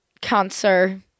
cancer